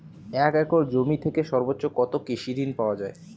এক একর জমি থেকে সর্বোচ্চ কত কৃষিঋণ পাওয়া য়ায়?